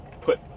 put